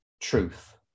truth